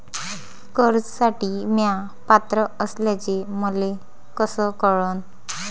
कर्जसाठी म्या पात्र असल्याचे मले कस कळन?